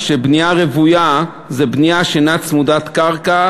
כשבנייה רוויה זה בנייה שאינה צמודת קרקע,